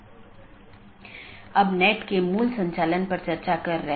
तीसरा वैकल्पिक सकर्मक है जो कि हर BGP कार्यान्वयन के लिए आवश्यक नहीं है